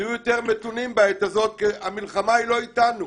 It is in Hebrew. תהיו יותר מתונים בעת הזאת כי המלחמה היא לא אתנו.